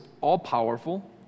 all-powerful